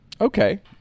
Okay